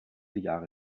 jahre